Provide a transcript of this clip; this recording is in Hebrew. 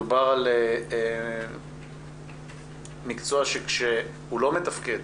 מדובר על מקצוע שכשהוא לא מתפקד